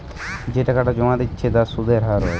যে টাকাটা জোমা দিয়া হচ্ছে তার সুধের হার হয়